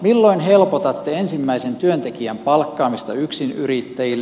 milloin helpotatte ensimmäisen työntekijän palkkaamista yksinyrittäjille